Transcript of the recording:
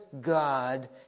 God